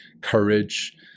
courage